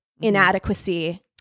inadequacy